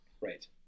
Right